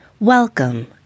Welcome